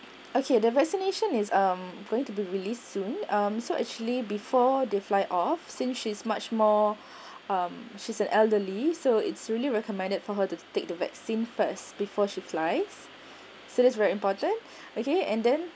okay the vaccination is um going to be released soon um so actually before they fly off since she's much more um she's an elderly so it's really recommended for her to take the vaccine first before she flies so it is very important okay and then